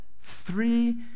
three